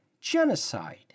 genocide